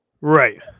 Right